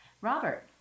Robert